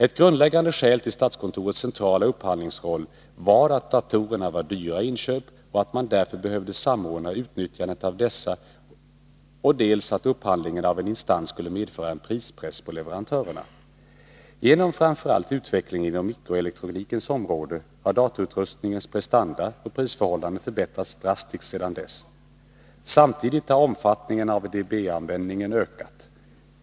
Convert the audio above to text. Ett grundläggande skäl till statskontorets centrala upphandlingsroll var att datorer var dyra i inköp och att man därför behövde samordna utnyttjandet av dessa och dessutom att upphandling av en instans skulle medföra en prispress på leverantörerna. Genom framför allt utvecklingen inom mikroelektronikens område har datorutrustningens prestanda och prisförhållanden sedan dess drastiskt förbättrats. Samtidigt har ADB-användningen ökat.